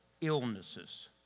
illnesses